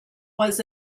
was